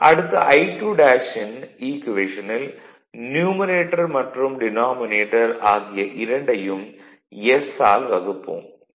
அடுத்து I2' ன் ஈக்குவேஷனில் நியூமரேட்டர் மற்றும் டினாமினேட்டர் ஆகிய இரண்டையும் s ஆல் வகுப்போம்